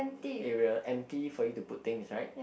area empty for you to put thing inside